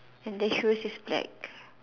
and the shoes is black